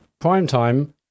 primetime